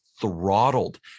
throttled